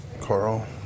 Carl